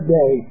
day